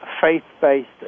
faith-based